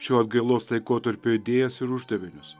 šio atgailos laikotarpio idėjas ir uždavinius